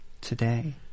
today